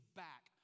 back